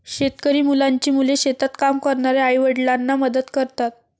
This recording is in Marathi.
शेतकरी मुलांची मुले शेतात काम करणाऱ्या आई आणि वडिलांना मदत करतात